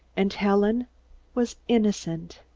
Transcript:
and helen was innocent.